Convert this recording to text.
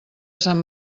sant